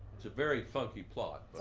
it's a very funky plot.